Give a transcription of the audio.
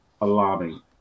alarming